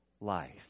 life